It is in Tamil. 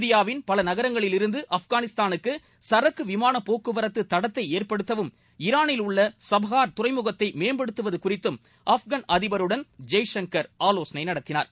இந்தியாவின் பல நகரங்களிலிருந்து ஆப்காளிஸ்தானுக்கு சரக்கு விமான போக்குவரத்துத் தடத்தை ஏற்படுத்தவும் ஈரானில் உள்ள சபஹார் துறைமுகத்தை மேம்படுத்துவது குறித்தும் ஆப்கான் அதிபருடன் ஜெய்சங்கர் ஆலோசனை நடத்தினார்